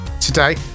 today